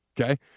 Okay